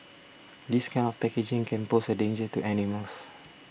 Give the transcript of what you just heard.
this kind of packaging can pose a danger to animals